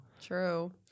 True